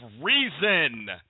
reason